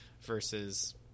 versus